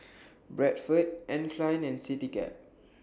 Bradford Anne Klein and Citycab